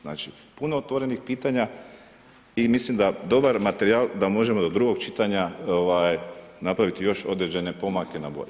Znači puno otvorenih pitanja i mislim da dobar materijal da možemo do drugog čitanja napraviti još određene pomake na bolje.